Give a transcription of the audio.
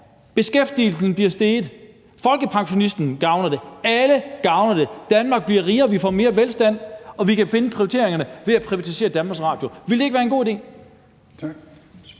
beskæftigelsen vil stige. Det gavner folkepensionisten. Det gavner alle. Danmark bliver rigere, og vi får mere velstand, og vi kan finde finansieringen ved at privatisere Danmarks Radio. Ville det ikke være en god idé? Kl.